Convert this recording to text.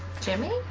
Jimmy